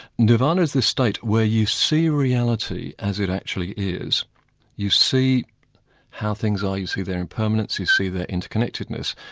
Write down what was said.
nirvana is this state where you see reality as it actually is you see how things are, you see their impermanency, see their interconnectedness,